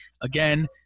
Again